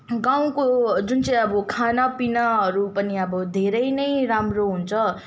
गाउँको जुन चाहिँ अब खाना पिनाहरू पनि अब धेरै नै राम्रो हुन्छ